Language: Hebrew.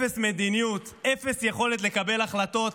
אפס מדיניות, אפס יכולת לקבל החלטות,